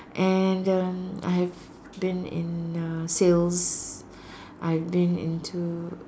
and uh I have been in uh sales I've been into